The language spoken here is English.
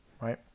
right